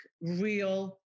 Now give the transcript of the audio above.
real